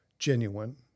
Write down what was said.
genuine